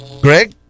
Greg